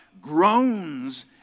groans